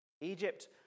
Egypt